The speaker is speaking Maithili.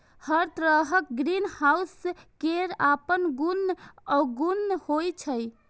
हर तरहक ग्रीनहाउस केर अपन गुण अवगुण होइ छै